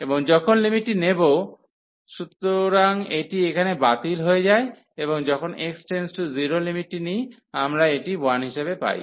এবং যখন লিমিটটি নেব সুতরাং এটি এখানে বাতিল হয়ে যায় এবং যখন x→0 লিমিটটি নিই আমরা এটি 1 হিসাবে পাই